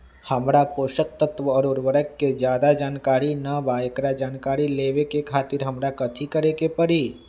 हमरा पोषक तत्व और उर्वरक के ज्यादा जानकारी ना बा एकरा जानकारी लेवे के खातिर हमरा कथी करे के पड़ी?